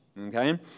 Okay